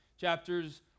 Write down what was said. chapters